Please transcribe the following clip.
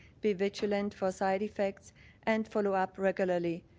be vigilant for side effects and follow up regularly.